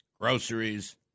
Groceries